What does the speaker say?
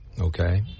okay